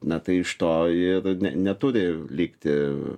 na tai iš to ir neturi likti